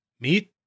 meet